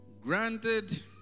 Granted